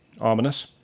Ominous